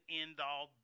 end-all